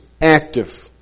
active